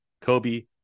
Kobe